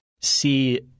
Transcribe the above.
see